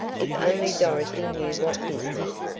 if only dorothy knew what business!